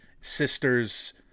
sisters